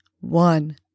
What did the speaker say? one